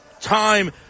time